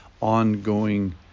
ongoing